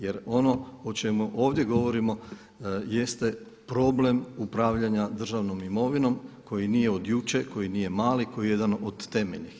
Jer ono o čemu ovdje govorimo jeste problem upravljanja državnom imovinom koji nije od jučer, koji nije mali, koji je jedan od temeljnih.